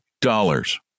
dollars